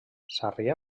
sarrià